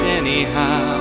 anyhow